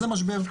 זה משבר.